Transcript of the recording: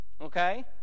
okay